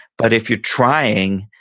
but if you're trying,